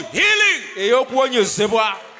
healing